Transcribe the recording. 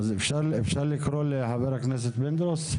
אפשר לקרוא לחבר הכנסת פינדרוס?